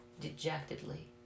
dejectedly